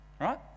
Right